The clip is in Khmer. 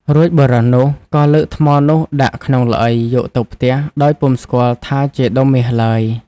រួចបុរសនោះ ក៏លើកថ្មនោះដាក់ក្នុងល្អី យកទៅផ្ទះ ដោយពុំស្គាល់ថាជាដុំមាសឡើយ ។